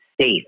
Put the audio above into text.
safe